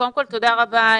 תודה רבה.